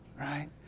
right